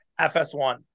FS1